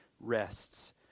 rests